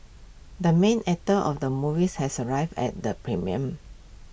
the main actor of the movies has arrived at the premiere